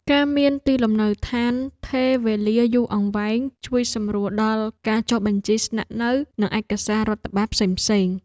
ការមានទីលំនៅឋានថេរវេលាយូរអង្វែងជួយសម្រួលដល់ការចុះបញ្ជីស្នាក់នៅនិងឯកសាររដ្ឋបាលផ្សេងៗ។